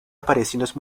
apariciones